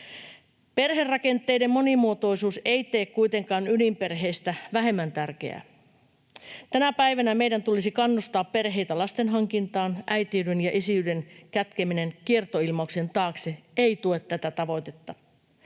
Perherakenteiden monimuotoisuus ei tee kuitenkaan ydinperheestä vähemmän tärkeää. Tänä päivänä meidän tulisi kannustaa perheitä lastenhankintaan. Äitiyden ja isyyden kätkeminen kiertoilmauksien taakse ei tue tätä tavoitetta.